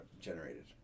generated